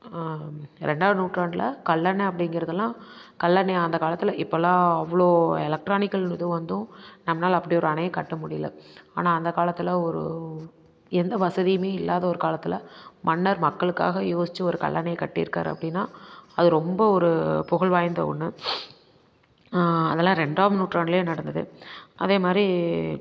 ரெண்டாம் நூற்றாண்டில் கல்லணை அப்படிங்கிறதெல்லாம் கல்லணைய அந்தக்காலத்தில் இப்போலாம் அவ்வளோ எலக்ட்ரானிக்கல் இது வந்தும் நம்மளால் அப்படி ஒரு அணைய கட்ட முடியல ஆனால் அந்த காலத்தில் ஒரு எந்த வசதியுமே இல்லாத ஒரு காலத்தில் மன்னர் மக்களுக்காக யோசித்து ஒரு கல்லணைய கட்டி இருக்கார் அப்படின்னா அது ரொம்ப ஒரு புகழ் வாய்ந்த ஒன்று அதெல்லாம் ரெண்டாம் நூற்றாண்டுலேயே நடந்தது அதேமாதிரி